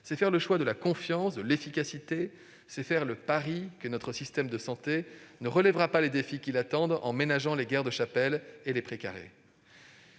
c'est faire le choix de la confiance et de l'efficacité ; c'est faire le pari que notre système de santé ne relèvera pas les défis qui l'attendent en ménageant les guerres de chapelles et les prés carrés.